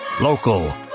Local